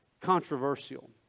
controversial